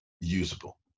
usable